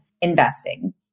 investing